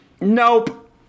Nope